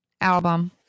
album